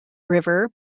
river